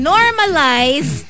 Normalize